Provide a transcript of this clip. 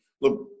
Look